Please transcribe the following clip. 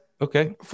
Okay